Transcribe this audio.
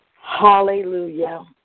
Hallelujah